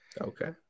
Okay